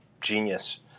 genius